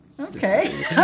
Okay